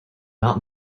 not